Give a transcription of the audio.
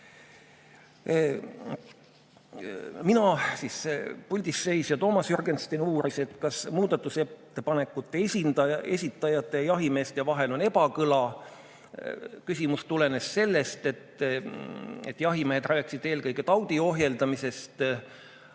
Mina, puldis seisja, Toomas Jürgenstein, uurisin, kas muudatusettepanekute esitajate ja jahimeeste vahel on ebakõla. Küsimus tulenes sellest, et jahimehed rääkisid eelkõige taudi ohjeldamisest,